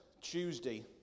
Tuesday